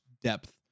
depth